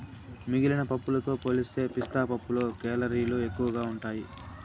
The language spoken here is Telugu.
మిగిలిన పప్పులతో పోలిస్తే పిస్తా పప్పులో కేలరీలు ఎక్కువగా ఉంటాయి